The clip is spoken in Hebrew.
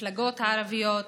המפלגות הערביות,